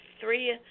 three